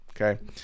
Okay